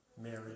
Mary